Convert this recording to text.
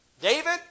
David